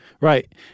Right